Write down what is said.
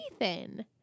Nathan